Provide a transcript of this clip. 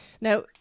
Now